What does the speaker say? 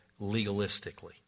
legalistically